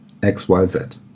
XYZ